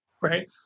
right